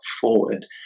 forward